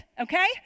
okay